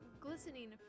glistening